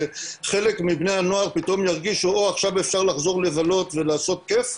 שחלק מבני הנוער פתאום ירגישו שאפשר עכשיו לחזור לבלות ולעשות כיף,